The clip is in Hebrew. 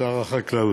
שר החקלאות,